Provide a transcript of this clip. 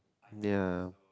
ya